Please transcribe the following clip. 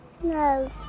No